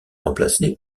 remplacés